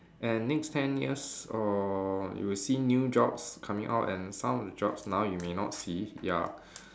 and next ten years err you will see new jobs coming out and some of the jobs now you may not see ya